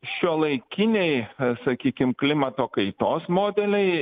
šiuolaikiniai sakykim klimato kaitos modeliai